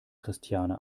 christiane